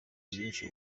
byinshi